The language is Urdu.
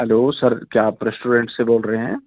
ہلو سر کیا آپ ریسٹورنٹ سے بول رہے ہیں